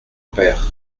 père